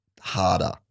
harder